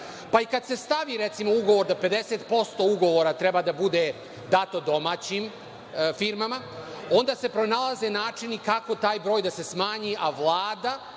Pa, kad se stavi, recimo ugovor da 50% ugovora treba da bude dato domaćim firmama, onda se pronalaze načini kako taj broj da se smanji, a Vlada